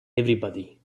everybody